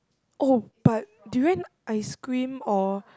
oh but durian ice cream or